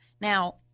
Now